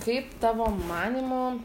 kaip tavo manymu